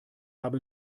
habe